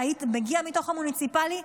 אתה מגיע מתוך המוניציפלי.